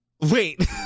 Wait